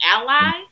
ally